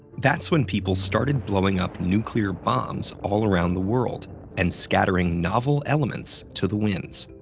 that's when people started blowing up nuclear bombs all around the world and scattering novel elements to the winds.